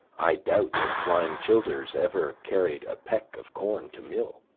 i doubt if flying childers ever carried a peck of corn to mill.